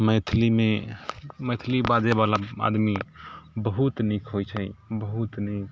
मैथिलीमे मैथिली बाजै बाला आदमी बहुत नीक होइत छै बहुत नीक